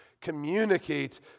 communicate